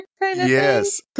Yes